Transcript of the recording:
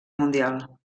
mundial